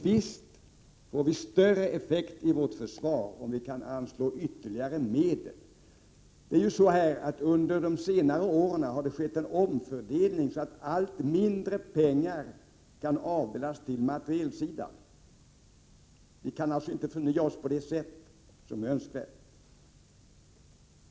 Visst får vi större effekt i vårt försvar om vi kan anslå ytterligare medel till det. Det har under senare år skett en omfördelning så att allt mindre pengar kan avdelas till materielsidan. Försvaret kan alltså inte förnyas på det sätt som är önskvärt.